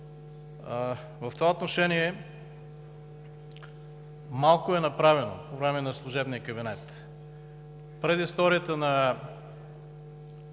В това отношение е направено малко по време на служебния кабинет. Предисторията на